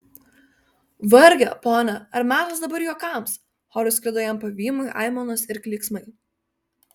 varge pone ar metas dabar juokams choru sklido jam pavymui aimanos ir klyksmai